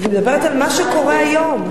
אני מדברת על מה שקורה היום.